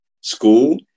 school